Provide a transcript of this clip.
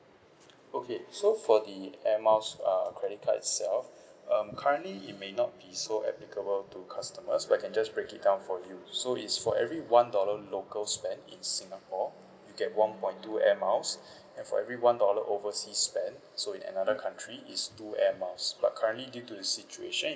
okay so for the air miles uh credit cards itself um currently it may not be so applicable to customers I can just break it down for you so it's for every one dollar local spent in singapore you get one point two air miles and for every one dollar overseas spent so in another country it's two air miles but currently due to the situation